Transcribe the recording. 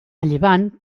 llevant